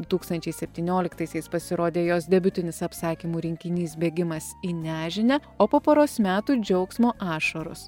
du tūkstančiai septynioliktaisiais pasirodė jos debiutinis apsakymų rinkinys bėgimas į nežinią o po poros metų džiaugsmo ašaros